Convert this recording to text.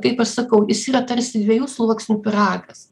kaip aš sakau jis yra tarsi dviejų sluoksnių pyragas